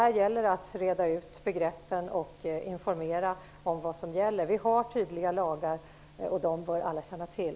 Här gäller det att reda ut begreppen och informera om vad som gäller. Vi har tydliga lagar, som alla bör känna till.